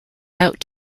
out